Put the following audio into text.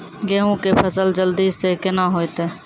गेहूँ के फसल जल्दी से के ना होते?